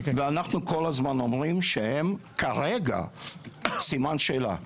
ואנחנו כל הזמן אומרים שהם כרגע סימן שאלה.